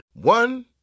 One